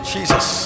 Jesus